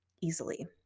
easily